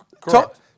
Correct